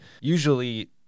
usually –